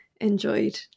enjoyed